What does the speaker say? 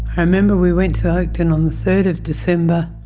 i remember we went to oakden on the third of december,